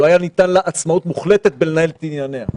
הייתה ניתנת לה עצמאות מוחלטת בניהול ענייניה.